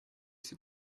sit